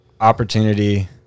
opportunity